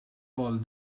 vol